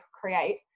create